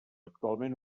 actualment